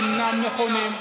אומר דברים שאינם נכונים.